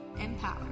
empower